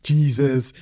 Jesus